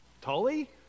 Tully